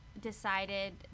decided